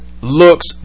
looks